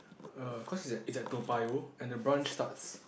err cause it's at it's at Toa-Payoh and the branch starts